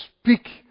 speak